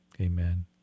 amen